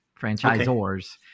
franchisors